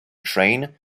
train